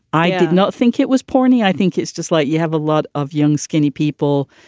i did not think it was porny. i think it's just like you have a lot of young, skinny people.